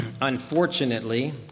unfortunately